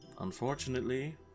Unfortunately